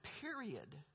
period